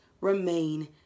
remain